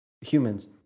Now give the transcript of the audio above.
humans